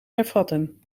hervatten